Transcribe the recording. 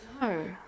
No